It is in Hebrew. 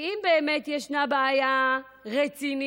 כי אם באמת ישנה בעיה רצינית